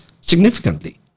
significantly